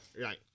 right